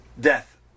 death